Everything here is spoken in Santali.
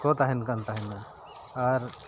ᱠᱚ ᱛᱟᱦᱮᱱ ᱠᱟᱱ ᱛᱟᱦᱮᱱᱟ ᱟᱨ